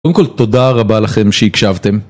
קודם כל, תודה רבה לכם שהקשבתם.